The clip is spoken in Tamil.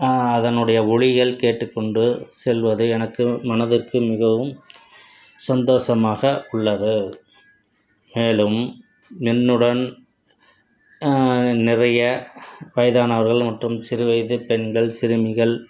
அதனுடைய ஒலிகள் கேட்டுக்கொண்டு செல்வது எனக்கு மனதிற்கு மிகவும் சந்தோஷமாக உள்ளது மேலும் என்னுடன் நிறைய வயதானவர்கள் மற்றும் சிறுவயதுப் பெண்கள் சிறுமிகள்